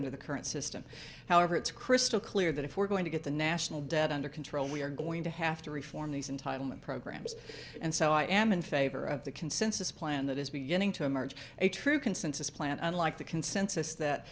under the current system however it's crystal clear that if we're going to get the national debt under control we're going to have to reform these entitlement programs and so i am in favor of the consensus plan that is beginning to emerge a true consensus plan unlike the consensus that